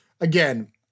again